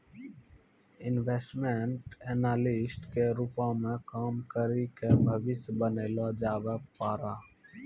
investment analyst के रूपो मे काम करि के भविष्य बनैलो जाबै पाड़ै